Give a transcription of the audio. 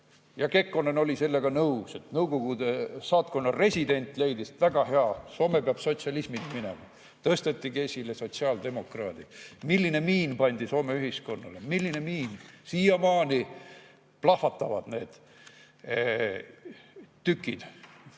Kekkonen oli sellega nõus, et Nõukogude saatkonna resident leidis, et väga hea, Soome peab sotsialismi minema. Tõstetigi esile sotsiaaldemokraadid. Milline miin pandi Soome ühiskonnale alla! Milline miin! Siiamaani plahvatavad need tükid.